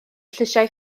llysiau